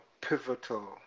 pivotal